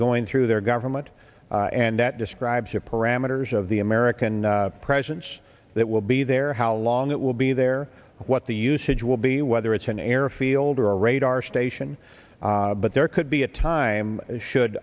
going through their government and that describes the parameters of the american presence that will be there how long it will be there what the usage will be whether it's an airfield or a radar station but there could be a time should